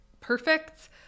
perfect